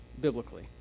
biblically